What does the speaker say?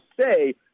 say